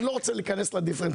אני לא רוצה להיכנס לדיפרנציאליות,